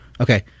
Okay